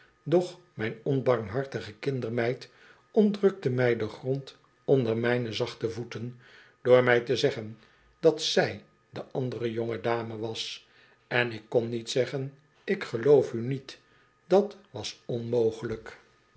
doch mijn onbarmhartige kindermeid ontrukte mij den grond onder mijne zachte voeten door mij te zeggen dat zij de andere jonge dame was en ik kon niet zeggen ik geloof u niet dat was onmogelijk